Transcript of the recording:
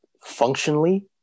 functionally